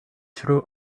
true